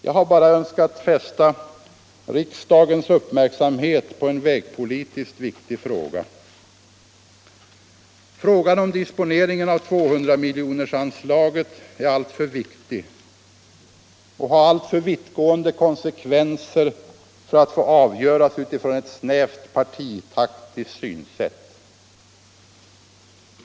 Jag har bara önskat fästa riksdagens uppmärksamhet på en vägpolitiskt viktig fråga. Frågan om disponeringen av 200-miljonersanslaget är alltför viktig och har alltför vittgående konsekvenser för att få avgöras utifrån ett snävt partitaktiskt synsätt.